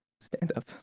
stand-up